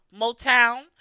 motown